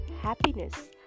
happiness